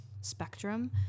spectrum